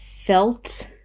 felt